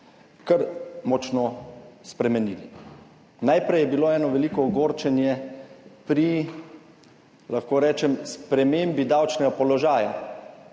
kar močno spremenili. Najprej je bilo eno veliko ogorčenje pri, lahko rečem, spremembi davčnega položaja